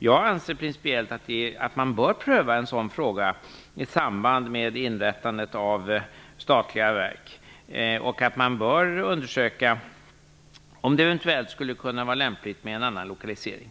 Jag anser principiellt att man bör pröva en sådan fråga i samband med inrättandet av statliga verk och att man bör undersöka om det eventuellt skulle kunna vara lämpligt med en annan lokalisering.